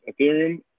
Ethereum